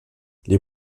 les